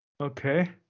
Okay